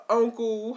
uncle